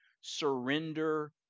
surrender